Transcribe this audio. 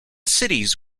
cities